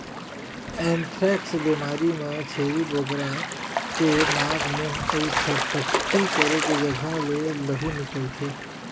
anthrax बेमारी म छेरी बोकरा के नाक, मूंह अउ टट्टी करे के जघा ले लहू निकलथे